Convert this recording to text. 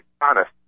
honest